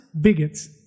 bigots